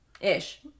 Ish